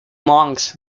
monks